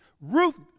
Ruth